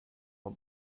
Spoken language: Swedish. har